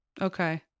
Okay